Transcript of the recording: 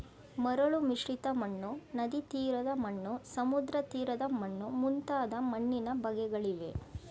ಮರಳು ಮಿಶ್ರಿತ ಮಣ್ಣು, ನದಿತೀರದ ಮಣ್ಣು, ಸಮುದ್ರತೀರದ ಮಣ್ಣು ಮುಂತಾದ ಮಣ್ಣಿನ ಬಗೆಗಳಿವೆ